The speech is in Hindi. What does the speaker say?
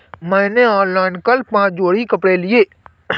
मैंने ऑनलाइन कल पांच जोड़ी कपड़े लिए